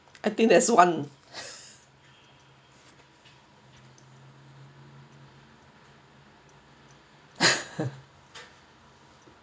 I think that's one